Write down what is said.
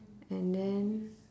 and then